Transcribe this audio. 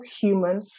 human